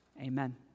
Amen